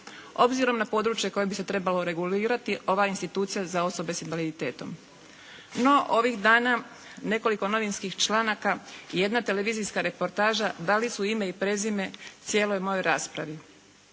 obzirom na područje koje bi se trebalo regulirati ova institucija za osobe s invaliditetom. No ovih dana nekoliko novinskih članaka i jedna televizijska reportaža dali su ime i prezime cijeloj mojoj raspravi.